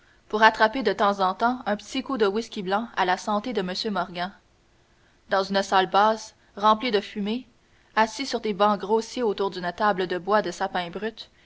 pour attraper de temps en temps un p'tit coup de whisky blanc à la santé de monsieur morgan dans une salle basse remplie de fumée assis sur des bancs grossiers autour d'une table de bois de sapin brut